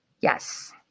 Yes